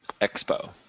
Expo